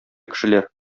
кешеләр